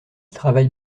travaille